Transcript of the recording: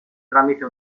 tramite